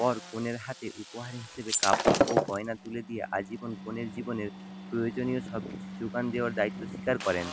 বর কনের হাতে উপহার হিসেবে কাপড় ও গয়না তুলে দিয়ে আজীবন কনের জীবনের প্রয়োজনীয় সব কিছু যোগান দেওয়ার দায়িত্ব স্বীকার করেন